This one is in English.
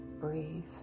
breathe